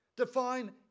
Define